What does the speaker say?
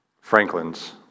Franklin's